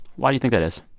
why do you think that is?